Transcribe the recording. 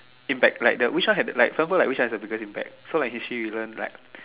impact like which one have like for example like which one has the biggest impact when history isn't like